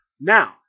Now